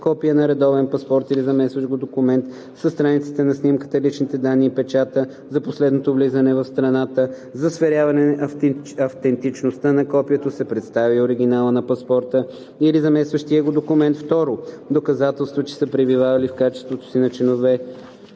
копие на редовен паспорт или заместващ го документ със страниците на снимката, личните данни и печата за последното влизане в страната; за сверяване автентичността на копието се представя и оригиналът на паспорта или заместващия го документ; 2. доказателства, че са пребивавали в качеството си на членове